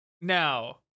now